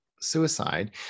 suicide